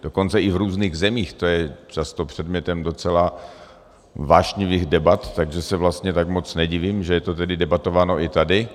Dokonce i v různých zemích to je často předmětem docela vášnivých debat, takže se vlastně tak moc nedivím, že je to debatováno i tady.